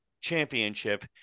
championship